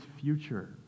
future